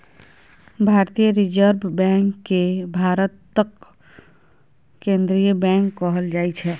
भारतीय reserve bank केँ भारतक केंद्रीय बैंक कहल जाइ छै